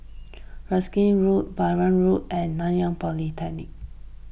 Erskine Road Balam Road and Nanyang Polytechnic